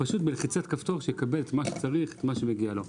פשוט בלחיצת כפתור שיקבל מה שמגיע לו,